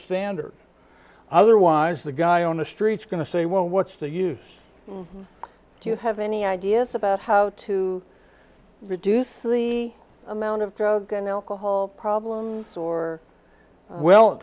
standard otherwise the guy on the streets going to say well what's the use do you have any ideas about how to reduce the amount of drug and alcohol problems or well